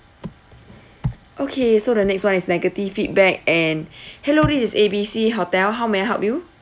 okay so the next one is negative feedback and hello this is A B C hotel how may I help you